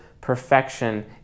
perfection